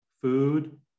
food